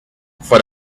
for